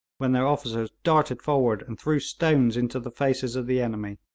when their officers darted forward and threw stones into the faces of the enemy